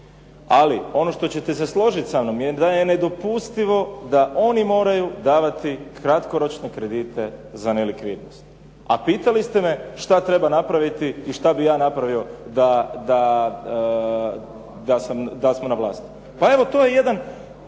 Ali ono što ćete se složiti sa mnom je da je nedopustivo da oni moraju davati kratkoročne kredite za nelikvidnost. A pitali ste me šta treba napraviti i šta bih ja napravio da smo na vlasti. Pa evo to je jedan